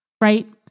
Right